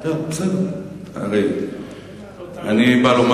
קודם כול הביאו את הסוודרים,